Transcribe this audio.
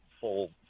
full